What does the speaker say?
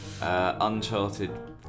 Uncharted